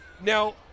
Now